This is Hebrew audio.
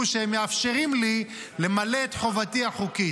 שהם מאפשרים לי למלא את חובתי החוקית.